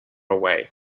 away